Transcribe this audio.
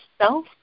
self